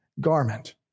garment